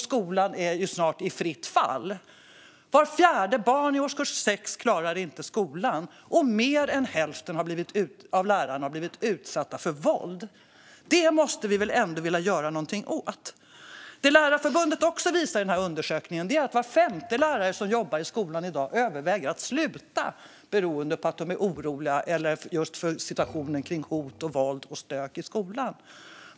Skolan är snart i fritt fall. Vart fjärde barn i årskurs 6 klarar inte skolan, och mer än hälften av lärarna har blivit utsatta för våld. Det måste vi väl ändå vilja göra något åt? I sin undersökning visar Lärarförbundet också att var femte lärare som jobbar i skolan i dag överväger att sluta just beroende på situationen med hot, våld, och stök i skolan.